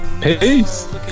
Peace